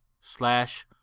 slash